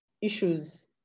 issues